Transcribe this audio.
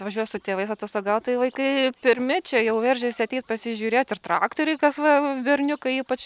atvažiuoja su tėvais atostogaut tai vaikai pirmi čia jau veržiasi ateit pasižiūrėt ir traktoriai kas va berniukai ypač